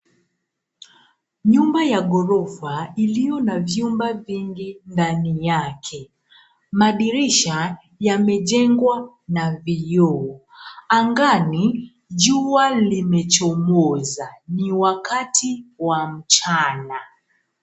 Nyumba ya ghorofa iliyo na vyumba vingi ndani yake. Madirisha, yamejengwa na vioo. Angani, jua limechomoza, ni wakati wa mchana.